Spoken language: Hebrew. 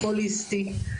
הוליסטי,